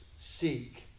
seek